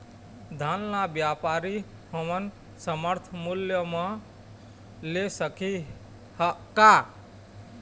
धान ला व्यापारी हमन समर्थन मूल्य म ले सकही का?